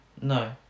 No